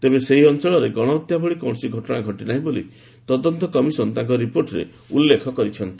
ତେବେ ସେହି ଅଞ୍ଚଳରେ ଗଣହତ୍ୟା ଭଳି କୌଣସି ଘଟଣା ଘଟିନାହିଁ ବୋଲି ତଦନ୍ତ କମିଶନ ତାଙ୍କ ରିପୋର୍ଟରେ ଉଲ୍ଲେଖ କରିଛନ୍ତି